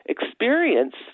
experience